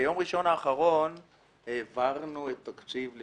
ביום ראשון האחרון העברנו את התקציב של